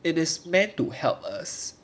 it is meant to help us